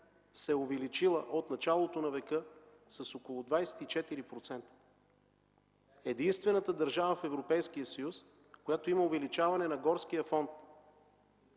се е увеличила от началото на века с около 24% – единствената държава в Европейския съюз, която има увеличаване на горския фонд.